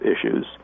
issues